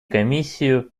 комиссию